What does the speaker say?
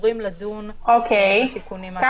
עוברים לדון בתיקונים --- אוקיי.